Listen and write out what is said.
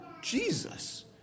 Jesus